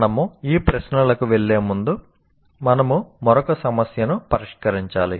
మనము ఈ ప్రశ్నలకు వెళ్ళే ముందు మనము మరొక సమస్యను పరిష్కరించాలి